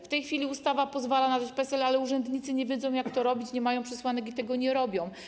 W tej chwili ustawa pozwala nadać numer PESEL, ale urzędnicy nie wiedzą, jak to robić, nie mają przesłanek do tego i tego nie robią.